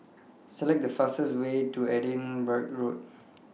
Select The fastest Way to Edinburgh Road